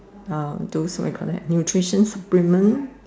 uh those what you call that nutrition supplement